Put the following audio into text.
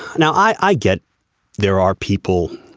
now i i get there are people